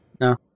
No